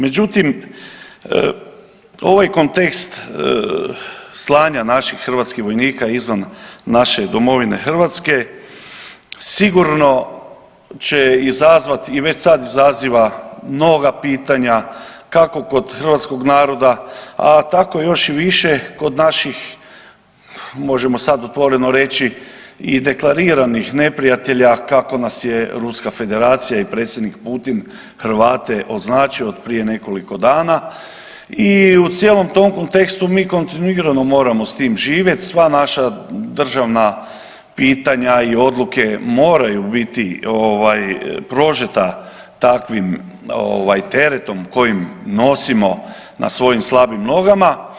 Međutim, ovaj kontekst slanja naših hrvatskih vojnika izvan naše domovine Hrvatske sigurno će izazvati i već sad izaziva mnoga pitanja kako kod hrvatskog naroda, a tako još i više kod naših možemo otvoreno reći i deklariranih neprijatelja kako nas je Ruska Federacija i predsjednik Putin Hrvate označio od prije nekoliko dana i u cijelom tom kontekstu mi kontinuirano moramo s tim živjeti, sav naša državna pitanja i odluke moraju biti ovaj prožeta takvim ovaj teretom kojim nosimo na svojim slabim nogama.